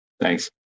thanks